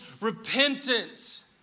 repentance